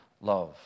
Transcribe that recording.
love